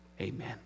amen